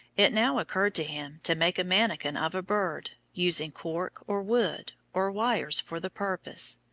it now occurred to him to make a manikin of a bird, using cork or wood, or wires for the purpose.